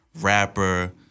Rapper